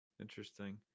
Interesting